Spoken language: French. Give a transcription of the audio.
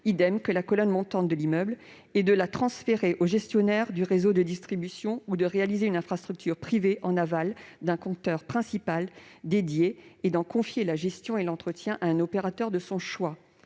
fait pour la colonne montante de l'immeuble, de la transférer au gestionnaire du réseau de distribution ou de réaliser une infrastructure privée en aval d'un compteur principal dédié et d'en confier la gestion et l'entretien à un opérateur de son choix.